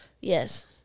yes